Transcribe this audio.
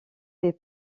fait